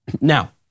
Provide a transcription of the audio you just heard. Now